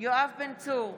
יואב בן צור,